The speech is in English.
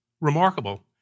remarkable